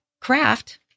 craft